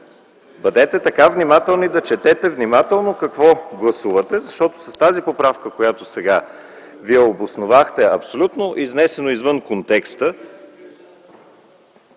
Бъдете така добри да четете внимателно какво гласувате, защото с поправката, която преди малко обосновахте, абсолютно изнесена извън контекста,